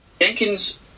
Jenkins